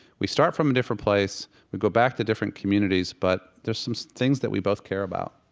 we start from a different place, we go back to different communities, but there's some things that we both care about